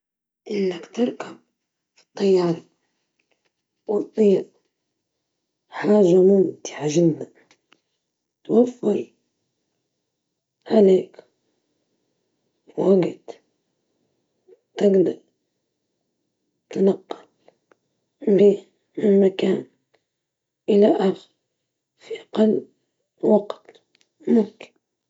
نختار الطيران، لأنه يعطي حرية وحركة، ونقدر نوصل أي مكان بسرعة ونشوف العالم من فوق.